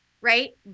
right